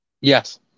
Yes